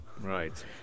Right